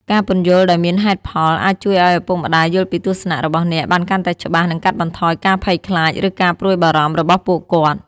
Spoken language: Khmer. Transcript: ការពន្យល់ដោយមានហេតុផល អាចជួយឲ្យឪពុកម្ដាយយល់ពីទស្សនៈរបស់អ្នកបានកាន់តែច្បាស់ និងកាត់បន្ថយការភ័យខ្លាច ឬការព្រួយបារម្ភរបស់ពួកគាត់។